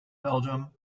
belgium